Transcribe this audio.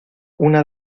una